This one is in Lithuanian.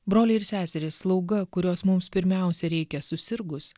broliai ir seserys slauga kurios mums pirmiausia reikia susirgus